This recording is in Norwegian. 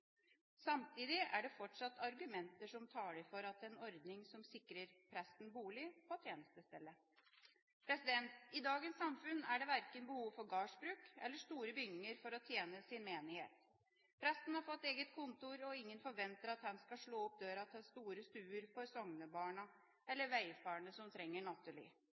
Samtidig er det fortsatt argumenter som taler for en ordning som sikrer presten bolig på tjenestestedet. I dagens samfunn er det verken behov for gårdsbruk eller store bygninger for å tjene sin menighet. Presten har fått eget kontor, og ingen forventer at han skal slå opp dørene til store stuer for soknebarna eller vegfarende som trenger nattely.